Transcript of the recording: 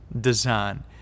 design